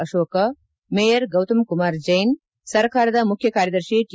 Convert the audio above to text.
Ashoka mayor Gautam Kumar Jain ಸರ್ಕಾರದ ಮುಖ್ಯ ಕಾರ್ಯದರ್ಶಿ ಟಿ